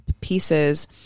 pieces